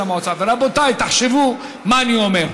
רבותיי, תחשבו מה אני אומר: